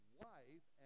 wife